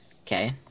Okay